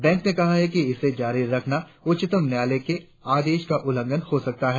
bank ने कहा था कि इसे जारी रखना उच्चतम न्य्यालय के आदेश का उल्लंघन हो सकता है